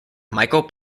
michael